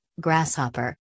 grasshopper